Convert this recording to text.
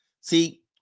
See